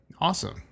Awesome